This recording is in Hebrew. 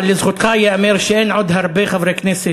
אבל לזכותך ייאמר שאין עוד הרבה חברי כנסת